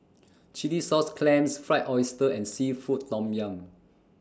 Chilli Sauce Clams Fried Oyster and Seafood Tom Yum